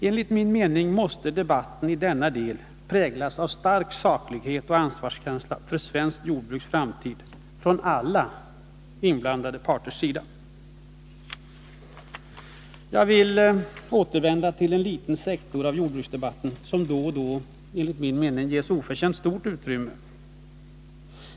Enligt min mening måste debatten i denna del präglas av stark saklighet och ansvarskänsla för svenskt skogsbruks framtid från alla inblandade parters sida. Jag vill återvända till en liten sektor av jordbruksdebatten som då och då enligt min mening ges oförtjänt stort utrymme.